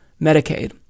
Medicaid